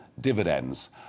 dividends